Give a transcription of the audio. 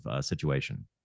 situation